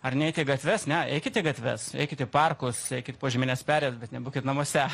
ar neit į gatves ne eikit į gatves eikit į parkus eikit į požemines perėjas bet nebūkit namuose